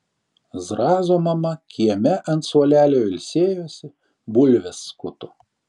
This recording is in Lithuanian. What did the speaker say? zrazo mama kieme ant suolelio ilsėjosi bulves skuto